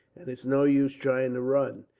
and it's no use trying to run,